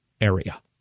area